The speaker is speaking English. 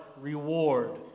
reward